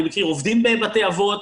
אני מכיר עובדים בבתי אבות,